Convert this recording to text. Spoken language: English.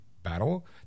battle